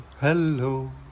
Hello